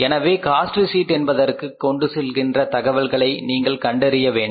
எனவே cost sheet என்பதற்கு கொண்டு செல்கின்ற தகவல்களை நீங்கள் கண்டறிய வேண்டும்